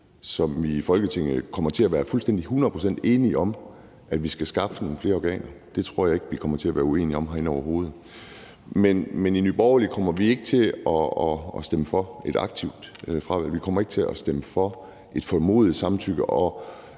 hvor vi i Folketinget kommer til at være fuldstændig – hundrede procent – enige om, at vi skal skaffe nogle flere organer. Det tror jeg overhovedet ikke vi kommer til at være uenige om herinde. Men i Nye Borgerlige kommer vi ikke til at stemme for et aktivt fravalg, og vi kommer ikke til at stemme for et formodet samtykke.